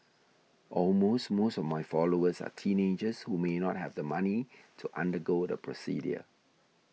all most most of my followers are teenagers who may not have the money to undergo the procedure